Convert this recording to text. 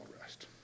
rest